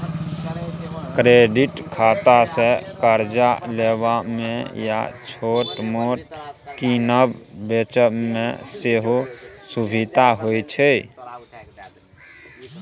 credit खातासँ करजा लेबा मे या छोट मोट कीनब बेचब मे सेहो सुभिता होइ छै